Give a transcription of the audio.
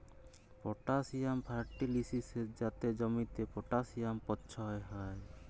potassium ফার্টিলিসের যাতে জমিতে পটাসিয়াম পচ্ছয় হ্যয়